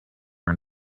are